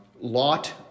Lot